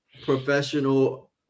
professional